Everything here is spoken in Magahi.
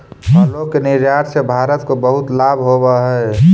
फलों के निर्यात से भारत को बहुत लाभ होवअ हई